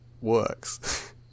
works